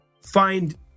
find